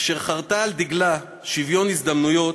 אשר חרתה על דגלה שוויון הזדמנויות,